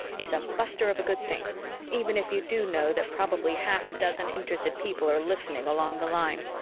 is a buster of a good thing' even if you do know that probably half a dozen interested people are listening along the line.